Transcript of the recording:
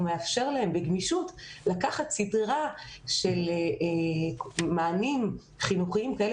הוא מאפשר להם בגמישות לקחת סדרה של מענים חינוכיים כאלה